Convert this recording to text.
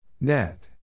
Net